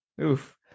oof